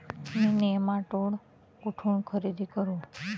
मी nematode कुठून खरेदी करू?